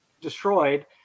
destroyed